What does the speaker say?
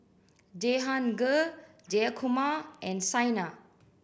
Jehangirr Jayakumar and Saina